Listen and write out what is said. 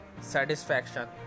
satisfaction